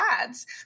ads